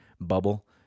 bubble